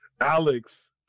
Alex